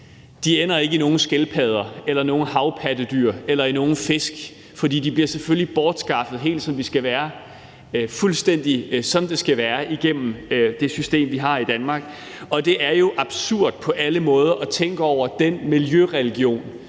De ender ikke i nogen skildpadder eller nogen havpattedyr eller i nogen fisk, for de bliver selvfølgelig bortskaffet, fuldstændig som det skal være, igennem det system, vi har i Danmark. Det er jo absurd, på alle måder, at tænke over den miljøreligion,